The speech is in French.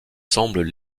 semblent